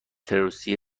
تروریستی